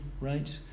right